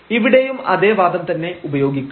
ഇവിടെയും അതേ വാദം തന്നെ ഉപയോഗിക്കാം